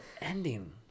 ending